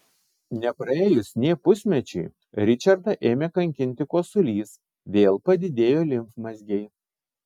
nepraėjus nė pusmečiui ričardą ėmė kankinti kosulys vėl padidėjo limfmazgiai